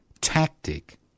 tactic